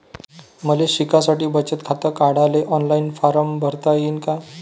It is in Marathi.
मले शिकासाठी बचत खात काढाले ऑनलाईन फारम भरता येईन का?